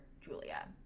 Julia